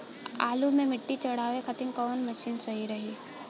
आलू मे मिट्टी चढ़ावे खातिन कवन मशीन सही रही?